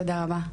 תודה רבה.